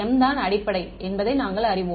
மாணவர் m தான் அடிப்படை என்பதை நாங்கள் அறிவோம்